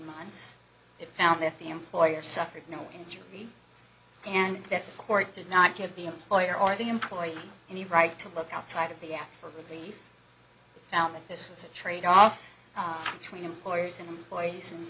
months it found that the employer suffered no injury and that the court did not give the employer or the employer any right to look outside of the act for relief found that this was a tradeoff between employers and employees and